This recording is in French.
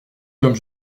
comme